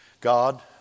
God